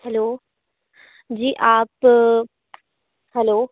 hello जी आप hello